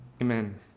Amen